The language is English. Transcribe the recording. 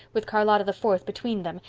with charlotta the fourth between them,